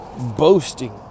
boasting